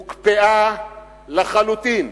הוקפאו לחלוטין